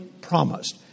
promised